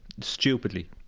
stupidly